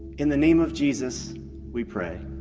in the name of jesus we pray,